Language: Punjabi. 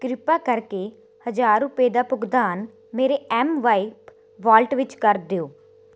ਕਿਰਪਾ ਕਰਕੇ ਹਜ਼ਾਰ ਰੁਪਏ ਦਾ ਭੁਗਤਾਨ ਮੇਰੇ ਐਮਵਾਇਪ ਵਾਲਟ ਵਿੱਚ ਕਰ ਦਿਓ